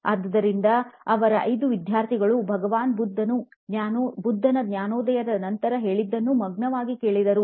ಆದುದರಿಂದ ಅವರ 5 ವಿದ್ಯಾರ್ಥಿಗಳು ಭಗವಾನ್ ಬುದ್ಧನು ಜ್ಞಾನೋದಯದ ನಂತರ ಹೇಳಿದ್ದನ್ನು ಮಗ್ನವಾಗಿ ಕೇಳಿದರು